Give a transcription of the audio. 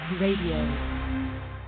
RADIO